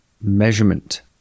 measurement